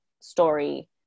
story